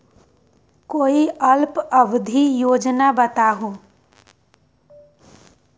कोई अल्प अवधि योजना बताऊ?